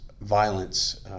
violence